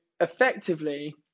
effectively